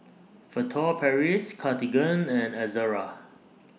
Furtere Paris Cartigain and Ezerra